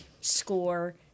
score